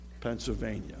Pennsylvania